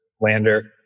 lander